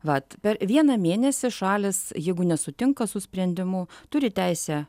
vat per vieną mėnesį šalys jeigu nesutinka su sprendimu turi teisę